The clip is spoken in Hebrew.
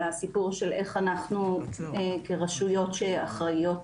אלא הסיפור הוא של איך אנחנו כרשויות שאחראיות,